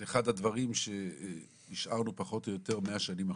זה אחד הדברים שנשארנו פחות או יותר 100 שנים אחורנית.